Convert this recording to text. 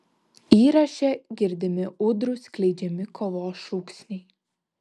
įraše girdimi ūdrų skleidžiami kovos šūksniai